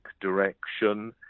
direction